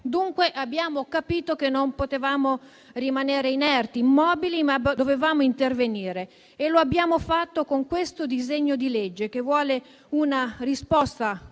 Dunque, abbiamo capito che non potevamo rimanere inerti e immobili, ma che dovevamo intervenire e lo abbiamo fatto con questo disegno di legge, che vuole dare una risposta concreta